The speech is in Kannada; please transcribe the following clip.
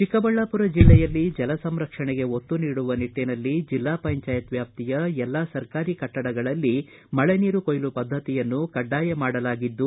ಚಿಕ್ಕಬಳ್ಣಾಪುರ ಬೆಲ್ಲೆಯಲ್ಲಿ ಜಲಸಂರಕ್ಷಣೆಗೆ ಒತ್ತು ನೀಡುವ ನಿಟ್ಟನಲ್ಲಿ ಬೆಲ್ಲಾ ಪಂಚಾಯತ್ ವ್ಯಾಪ್ತಿಯ ಎಲ್ಲಾ ಸರ್ಕಾರಿ ಕಟ್ಟಡಗಳಲ್ಲಿ ಮಳೆನೀರು ಕೊಯ್ಲು ಪದ್ದತಿಯನ್ನು ಕಡ್ಡಾಯ ಮಾಡಲಾಗಿದ್ದು